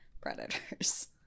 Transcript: predators